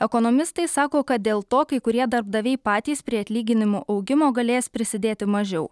ekonomistai sako kad dėl to kai kurie darbdaviai patys prie atlyginimų augimo galės prisidėti mažiau